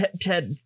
Ted